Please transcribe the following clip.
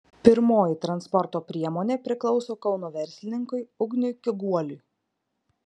pirmoji transporto priemonė priklauso kauno verslininkui ugniui kiguoliui